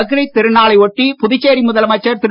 பக்ரீத் திருநாளை ஒட்டி புதுச்சேரி முதலமைச்சர் திரு